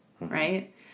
right